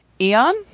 Eon